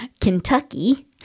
kentucky